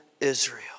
Israel